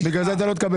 בגלל זה אתה לא תקבל.